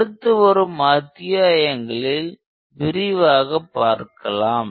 அடுத்து வரும் அத்தியாயங்களில் விரிவாக பார்க்கலாம்